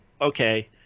Okay